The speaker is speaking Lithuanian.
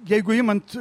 jeigu imant